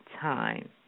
time